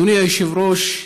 אדוני היושב-ראש,